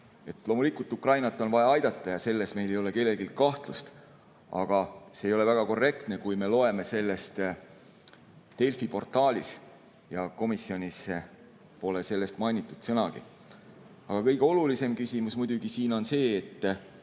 Loomulikult on Ukrainat vaja aidata ja selles ei ole meil kellelgi kahtlust. Aga see ei ole väga korrektne, kui me loeme sellest Delfi portaalist ja komisjonis pole sellest mainitud sõnagi. Aga kõige olulisem küsimus muidugi siin on see, et